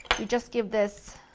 you just give this